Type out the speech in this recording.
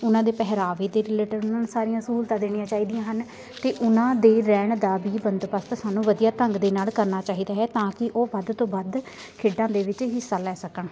ਉਹਨਾਂ ਦੇ ਪਹਿਰਾਵੇ ਦੇ ਰਿਲੇਟਡ ਉਹਨਾਂ ਨੂੰ ਸਾਰੀਆਂ ਸਹੂਲਤਾਂ ਦੇਣੀਆਂ ਚਾਹੀਦੀਆਂ ਹਨ ਅਤੇ ਉਹਨਾਂ ਦੇ ਰਹਿਣ ਦਾ ਵੀ ਬੰਦੋਬਸਤ ਸਾਨੂੰ ਵਧੀਆ ਢੰਗ ਦੇ ਨਾਲ ਕਰਨਾ ਚਾਹੀਦਾ ਹੈ ਤਾਂ ਕਿ ਉਹ ਵੱਧ ਤੋਂ ਵੱਧ ਖੇਡਾਂ ਦੇ ਵਿੱਚ ਹਿੱਸਾ ਲੈ ਸਕਣ